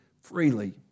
freely